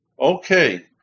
okay